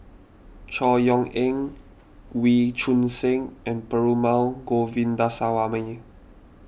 Chor Yeok Eng Wee Choon Seng and Perumal Govindaswamy